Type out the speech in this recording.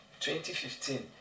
2015